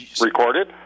recorded